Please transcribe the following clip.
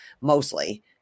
mostly